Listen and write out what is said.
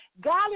God